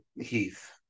Heath